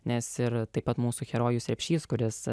nes ir taip pat mūsų herojus repšys kuris